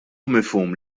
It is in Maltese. mifhum